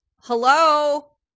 Hello